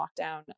lockdown